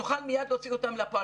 נוכל מייד להוציא אותם לפועל.